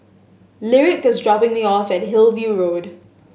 Lyric is dropping me off at Hillview Road